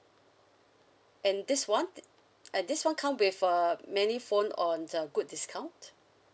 and this one uh this one come with uh many phone on uh good discount